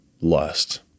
lust